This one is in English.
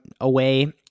away